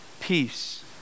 peace